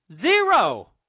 Zero